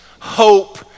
hope